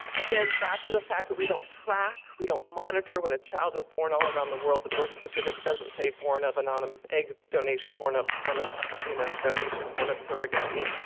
again, back to the fact that we don't track, we don't monitor when a child is born all around the world, the birth certificate doesn't say, born of anonymous egg donation. born of sperm and you know donation. born of surrogacy.